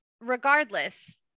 regardless